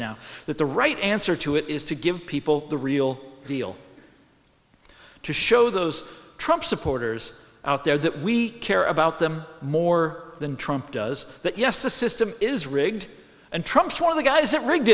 now that the right answer to it is to give people the real deal to show those trump supporters out there that we care about them more than trump does that yes the system is rigged and trumps one of the guys that rigged